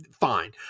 fine